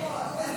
להעביר